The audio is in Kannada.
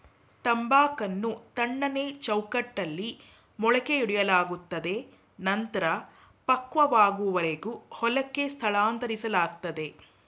ತಂಬಾಕನ್ನು ತಣ್ಣನೆ ಚೌಕಟ್ಟಲ್ಲಿ ಮೊಳಕೆಯೊಡೆಯಲಾಗ್ತದೆ ನಂತ್ರ ಪಕ್ವವಾಗುವರೆಗೆ ಹೊಲಕ್ಕೆ ಸ್ಥಳಾಂತರಿಸ್ಲಾಗ್ತದೆ